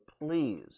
please